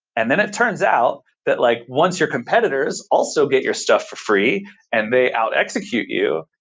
and then it turns out that like once your competitors also get your stuff for free and they out-execute you,